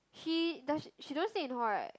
he does she don't stay in hall right